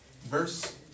verse